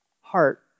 heart